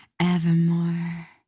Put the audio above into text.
evermore